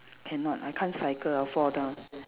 cannot I can't cycle I'll fall down